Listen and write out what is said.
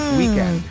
weekend